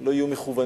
לא יהיו מכוונים,